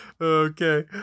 Okay